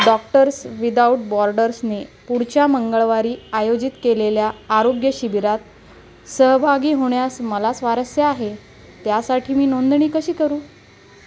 doctors without बॉर्डर्सने पुढच्या मंगळवारी आयोजित केलेल्या आरोग्य शिबिरात सहभागी होण्यास मला स्वारस्य आहे त्यासाठी मी नोंदणी कशी करू